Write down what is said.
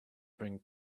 bring